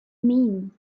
mean